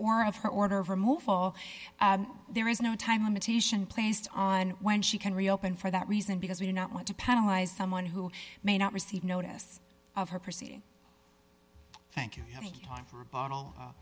or of her order of removal there is no time limitation placed on when she can reopen for that reason because we do not want to penalize someone who may not receive notice of her proceeding thank you thank god for a bottle